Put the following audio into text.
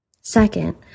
Second